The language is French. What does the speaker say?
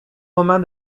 romain